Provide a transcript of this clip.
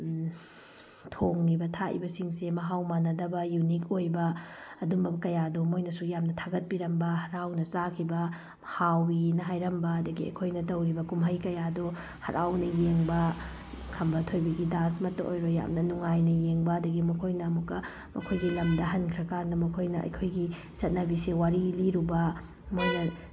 ꯊꯣꯡꯉꯤꯕ ꯊꯥꯛꯏꯕ ꯁꯤꯡꯁꯤ ꯃꯍꯥꯎ ꯃꯥꯟꯅꯗꯕ ꯌꯨꯅꯤꯛ ꯑꯣꯏꯕ ꯑꯗꯨꯝꯕ ꯀꯌꯥꯗꯨ ꯃꯣꯏꯅꯁꯨ ꯌꯥꯝ ꯊꯥꯒꯠꯄꯤꯔꯝꯕ ꯍꯔꯥꯎꯅ ꯆꯥꯈꯤꯕ ꯍꯥꯎꯋꯤꯅ ꯍꯥꯏꯔꯝꯕ ꯑꯗꯒꯤ ꯑꯩꯈꯣꯏꯅ ꯇꯧꯔꯤꯕ ꯀꯨꯝꯍꯩ ꯀꯌꯥꯗꯨ ꯍꯔꯥꯎꯅ ꯌꯦꯡꯕ ꯈꯝꯕ ꯊꯣꯏꯕꯤꯒꯤ ꯗꯥꯟꯁꯃꯛꯇ ꯑꯣꯏꯔꯣ ꯌꯥꯝꯅ ꯅꯨꯡꯉꯥꯏꯅ ꯌꯦꯡꯕ ꯑꯗꯒꯤ ꯃꯈꯣꯏꯅ ꯑꯃꯨꯛꯀ ꯃꯈꯣꯏꯒꯤ ꯂꯝꯗ ꯍꯟꯈ꯭ꯔ ꯀꯥꯟꯗ ꯃꯈꯣꯏꯅ ꯑꯩꯈꯣꯏꯒꯤ ꯆꯠꯅꯕꯤꯁꯦ ꯋꯥꯔꯤ ꯂꯤꯔꯨꯕ ꯃꯣꯏꯅ